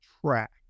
track